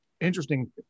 interesting